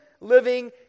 living